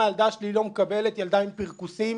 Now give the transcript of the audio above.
ילדה עם פרכוסים,